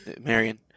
Marion